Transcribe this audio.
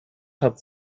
hat